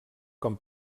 com